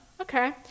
okay